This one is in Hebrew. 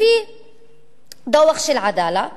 לפי דוח של "עדאלה",